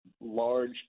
large